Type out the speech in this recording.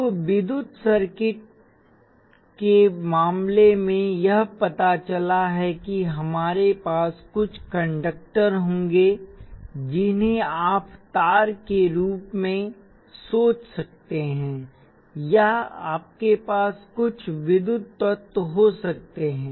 अब विद्युत सर्किट के मामले में यह पता चला है कि हमारे पास कुछ कंडक्टर होंगे जिन्हें आप तार के रूप में सोच सकते हैं या आपके पास कुछ विद्युत तत्व हो सकते हैं